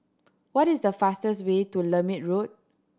what is the fastest way to Lermit Road